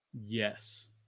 Yes